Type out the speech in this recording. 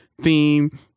theme